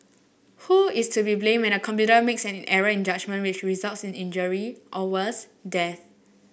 who is to be blamed when a computer makes an error in judgement which results in injury or worse death